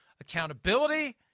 accountability